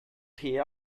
tee